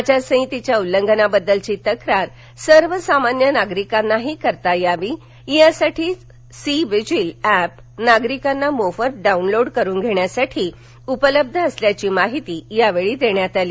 आचारसंहितेच्या उल्लंघनाबद्दलची तक्रार सर्वसामान्य नागरिकांनाही करता यावी यासाठीच सी व्हिझील ऍप नागरिकांना मोफत डाउनलोड करून घेण्यासाठी उपलब्ध असल्याची माहिती यावेळी देण्यात आली